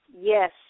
yes